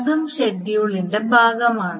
അതും ഷെഡ്യൂളിന്റെ ഭാഗമാണ്